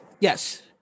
Yes